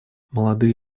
молодые